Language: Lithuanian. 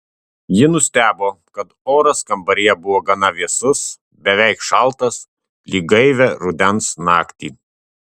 ji nustebo kad oras kambaryje buvo gana vėsus beveik šaltas lyg gaivią rudens naktį